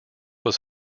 was